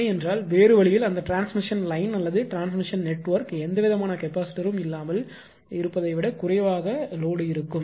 அப்படியென்றால் வேறு வழியில் அந்த டிரான்ஸ்மிஷன் லைன் அல்லது டிரான்ஸ்மிஷன் நெட்வொர்க் எந்தவிதமான கெப்பாசிட்டர் இல்லாமல் இருப்பதை விட குறைவாக லோடு இருக்கும்